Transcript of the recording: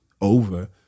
over